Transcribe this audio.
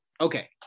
okay